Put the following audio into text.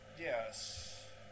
Yes